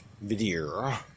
video